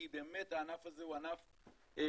כי באמת הענף הזה הוא ענף שמאפשר,